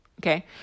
Okay